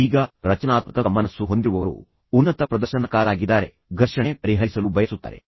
ಈಗ ರಚನಾತ್ಮಕ ಮನಸ್ಸು ಹೊಂದಿರುವ ಜನರು ಅವರು ಉನ್ನತ ಪ್ರದರ್ಶನಕಾರರಾಗಿದ್ದಾರೆ ಅವರು ಘರ್ಷಣೆ ಪರಿಹರಿಸಲು ಬಯಸುತ್ತಾರೆ